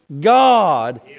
God